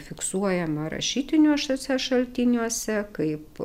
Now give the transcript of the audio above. fiksuojama rašytiniuose šaltiniuose kaip